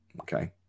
Okay